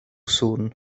sŵn